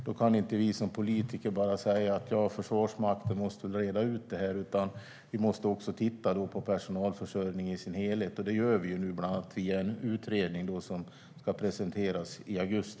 Då kan inte vi politiker bara säga att det måste Försvarsmakten reda ut. Vi måste också titta på personalförsörjningen i sin helhet, och det gör vi nu bland annat via en utredning som ska presenteras i augusti.